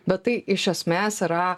bet tai iš esmės yra